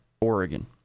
Oregon